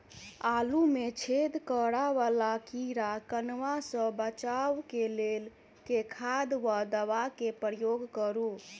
आलु मे छेद करा वला कीड़ा कन्वा सँ बचाब केँ लेल केँ खाद वा दवा केँ प्रयोग करू?